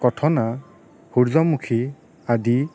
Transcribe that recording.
কঠনা সূৰ্যমুখী আদি